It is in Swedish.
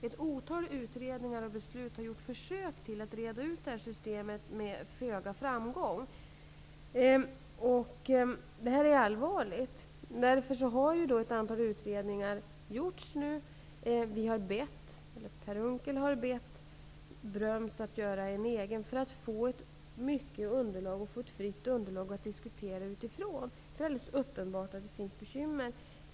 Ett otal utredningar har gjorts och beslut har fattats för att försöka reda ut systemet, men med föga framgång. Det är allvarligt. Därför har ett antal utredningar gjorts nu. Per Unckel har bett Jan Bröms att göra en egen utredning för att få ett stort och fritt underlag att diskutera utifrån. Det är alldeles uppenbart att det finns bekymmer.